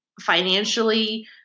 financially